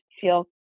feel